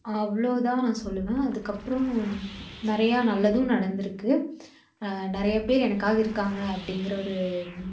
அவ்வளோ தான் நான் சொல்லுவேன் அதுக்கப்றம் நிறையா நல்லதும் நடந்துருக்கு நிறையா பேர் எனக்காக இருக்காங்க அப்டிங்கிற ஒரு